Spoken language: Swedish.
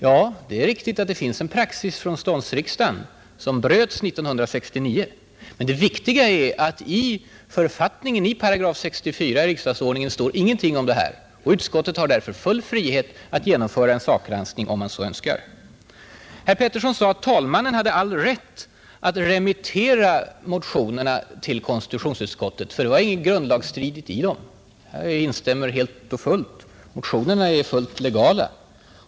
Ja, det är riktigt att det finns en praxis från ståndsriksdagen. Men den bröts 1969. Och det viktiga här är att i 64 § riksdagsordningen står ingenting om detta. Utskottet har därför full frihet att göra en sakgranskning, om utskottet så önskar. Sedan sade herr Pettersson att talmannen hade all rätt att remittera motionerna till konstitutionsutskottet, ty det fanns ingenting grundlagsstridigt i dem. Jag instämmer helt och fullt i det. Motionerna är legala.